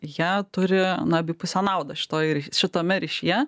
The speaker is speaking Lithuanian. jie turi na abipusę naudą šitoj ir šitame ryšyje